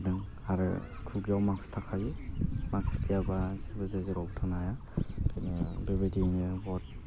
आरो खुगायाव माक्स थाखायो माक्स गैयाबा जेबो जेरावबो थानो हाया बेखायनो बेबायदियैनो बहत